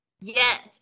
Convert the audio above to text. Yes